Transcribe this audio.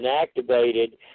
activated